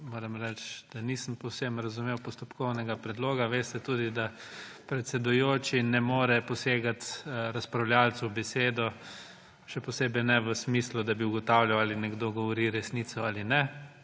moram reči, da nisem povsem razumel postopkovnega predloga. Veste tudi, da predsedujoči ne more posegati razpravljavcu v besedo, še posebej ne v smislu, da bi ugotavljal, ali nekdo govori resnico ali ne.